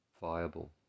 viable